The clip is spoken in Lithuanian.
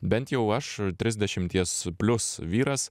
bent jau aš trisdešimties plius vyras